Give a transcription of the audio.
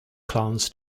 clowns